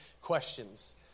questions